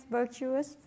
virtuous